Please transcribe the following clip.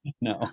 no